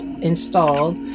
installed